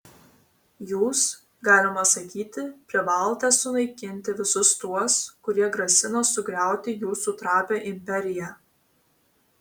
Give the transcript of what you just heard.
jūs galima sakyti privalote sunaikinti visus tuos kurie grasina sugriauti jūsų trapią imperiją